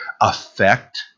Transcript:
affect